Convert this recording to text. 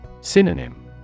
Synonym